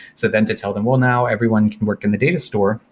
so then to tell them, well, now, everyone can work in the data store,